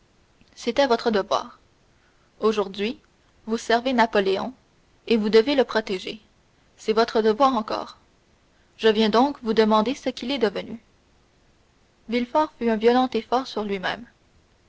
c'était votre devoir aujourd'hui vous servez napoléon et vous devez le protéger c'est votre devoir encore je viens donc vous demander ce qu'il est devenu villefort fit un violent effort sur lui